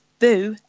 Boo